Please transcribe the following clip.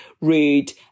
read